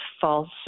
false